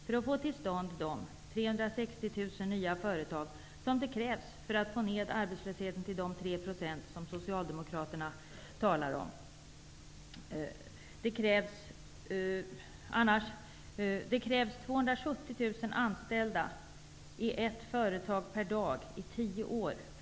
För att få till stånd de 360 000 nya företag, som behövs för att få ned arbetslösheten till de 3 % som anställda i ett företag per dag i tio år.